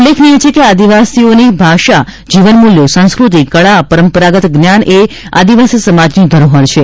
ઉલ્લેખનીય છે કે આદિવાસી ઓની ભાષા જીવન મૂલ્યો સંસ્ક્રતિ કળા પરંપરાગત જ્ઞાનએ આદિવાસી સમાજની ધરોહર છે